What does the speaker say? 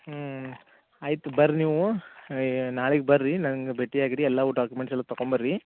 ಹ್ಞೂ ಆಯ್ತು ಬರ್ರಿ ನೀವು ನಾಳೆಗೆ ಬರ್ರಿ ನಂಗೆ ಭೇಟಿ ಆಗ್ರಿ ಎಲ್ಲವು ಡಾಕ್ಯುಮೆಂಟ್ಸ್ ಎಲ್ಲ ತಕೊಂಬರ್ರಿ